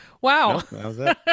Wow